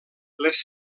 les